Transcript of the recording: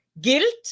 guilt